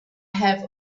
have